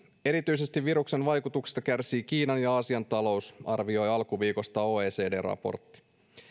erityisesti viruksen vaikutuksista kärsii kiinan ja aasian talous arvioi alkuviikosta oecd raportti